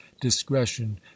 discretion